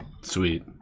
sweet